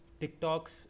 TikToks